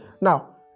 Now